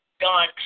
God